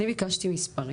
אני ביקשתי מספרים.